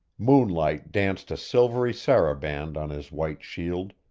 moonlight danced a silvery saraband on his white shield,